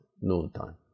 noontime